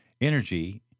energy